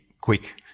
quick